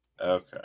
okay